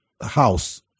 House